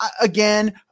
again